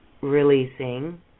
releasing